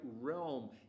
realm